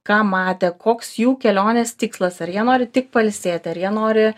ką matė koks jų kelionės tikslas ar jie nori tik pailsėti ar jie nori